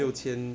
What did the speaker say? so